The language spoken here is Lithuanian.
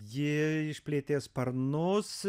ji išplėtė sparnus